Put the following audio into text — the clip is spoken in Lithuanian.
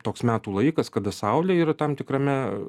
toks metų laikas kada saulė yra tam tikrame